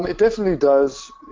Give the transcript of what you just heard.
ah definitely does.